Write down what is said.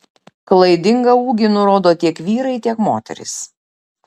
klaidingą ūgį nurodo tiek vyrai tiek moterys